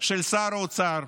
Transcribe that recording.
של שר האוצר,